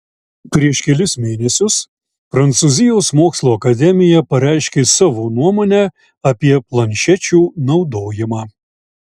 prieš kelis mėnesius prancūzijos mokslų akademija pareiškė savo nuomonę apie planšečių naudojimą